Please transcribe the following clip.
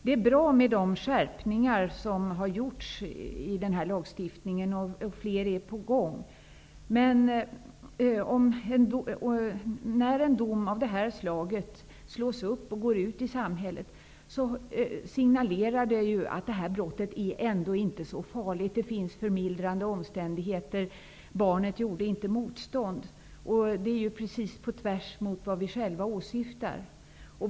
De skärpningar av denna lagstiftning som har gjorts är bra och flera är på gång. Men när en dom av detta slag slås upp och går ut i samhället, signalerar den ju att detta brott ändå inte är så farligt. Det finns förmildrande omständigheter. Barnet gjorde inte motstånd. Det är precis på tvärs mot vad vi själva åsyftar.